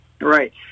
Right